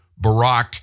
Barack